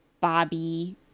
Bobby